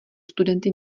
studenty